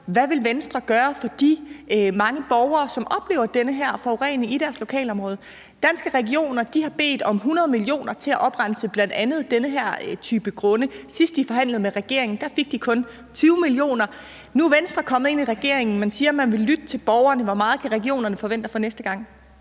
Hvad vil Venstre gøre for de mange borgere, som oplever den her forurening i deres lokalområde? Danske Regioner har bedt om 100 mio. kr. til at oprense bl.a. den her type grunde. Sidst de forhandlede med regeringen, fik de kun 20 mio. kr. Nu er Venstre kommet ind i regeringen, og man siger, man vil lytte til borgerne. Hvor meget kan regionerne forvente at få næste gang?